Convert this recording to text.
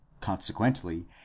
consequently